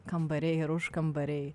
kambariai ir užkambariai